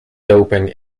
doping